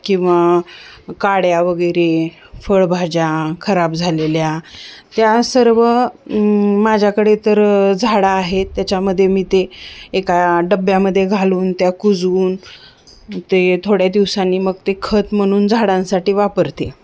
किंवा काड्या वगेरे फळभाज्या खराब झालेल्या त्या सर्व माझ्याकडे तर झाडं आहेत त्याच्यामध्ये मी ते एका डब्ब्यामध्ये घालून त्या कुजवून ते थोड्या दिवसांनी मग ते खत म्हणून झाडांसाठी वापरते